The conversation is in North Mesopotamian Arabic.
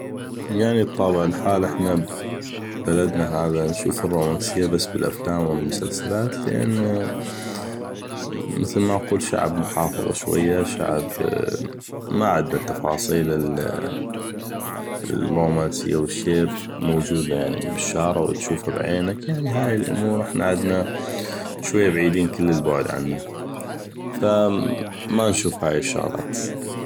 يعني بطابع الحال احنا ببلدنا هذا نشوف الرومنسيه بس بالافلام أو بالمسلسلات لان مثل ما نقول شعب محافظ شويه شعب ما عدنا التفاصيل والرومنسيه انو تشوفه بالشارع بعينك أويعني هاي الامور احنا عدنا شويه بعيدين كل البعد عنه ف يعني ما نشوف هاي الشغلات